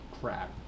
crap